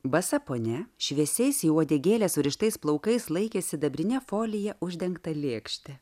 basa ponia šviesiais į uodegėlę surištais plaukais laikė sidabrine folija uždengtą lėkštę